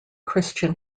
christian